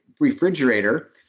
Refrigerator